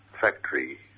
factory